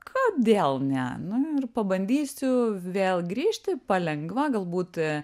kodėl ne nu ir pabandysiu vėl grįžti palengva galbūt